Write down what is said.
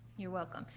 you're welcome.